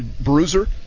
bruiser